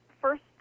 first